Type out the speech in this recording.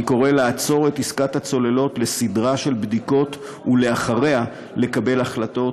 אני קורא לעצור את עסקת הצוללות לסדרה של בדיקות ואחריה לקבל החלטות.